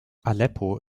aleppo